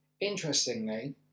Interestingly